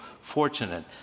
fortunate